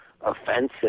offensive